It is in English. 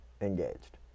engaged